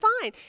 fine